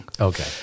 Okay